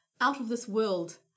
out-of-this-world